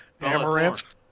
amaranth